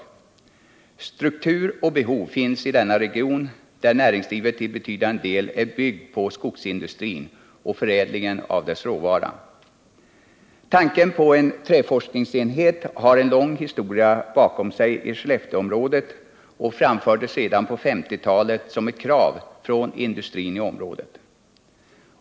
Lämplig struktur för och behov av en sådan enhet finns i denna region, där näringslivet till betydande del är byggt på skogsindustrin och förädlingen av dess råvara. Tanken på en träforskningsenhet har en lång historia bakom sig i Skellefteområdet och framfördes redan på 1950-talet som ett krav från industrin i området.